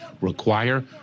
require